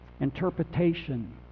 Interpretation